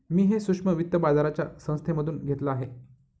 मी हे सूक्ष्म वित्त बाजाराच्या संस्थेमधून घेतलं आहे